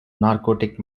narcotic